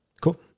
Cool